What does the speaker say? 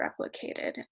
replicated